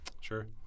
Sure